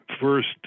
first